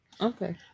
Okay